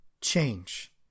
change